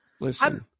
listen